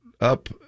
up